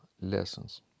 lessons